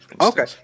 Okay